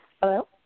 Hello